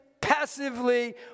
passively